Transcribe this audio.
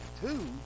two